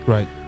Right